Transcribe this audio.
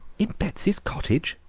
in betsy's cottage?